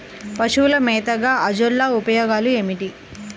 పశువుల మేతగా అజొల్ల ఉపయోగాలు ఏమిటి?